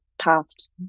past